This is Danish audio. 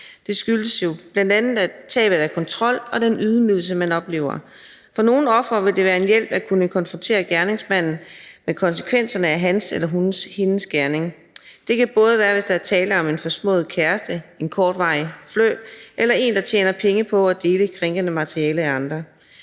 Det skyldes jo bl.a. tabet af kontrol og den ydmygelse, man oplever. For nogle ofre vil det være en hjælp at kunne konfrontere gerningsmanden med konsekvenserne af hans eller hendes gerning. Det kan både være, hvis der er tale om en forsmået kæreste, en kortvarig flirt eller en, der tjener penge på at dele krænkende materiale af andre.